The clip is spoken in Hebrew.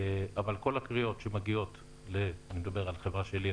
אבל כל הקריאות שמגיעות לחברה שלי,